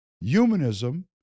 Humanism